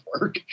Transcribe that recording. work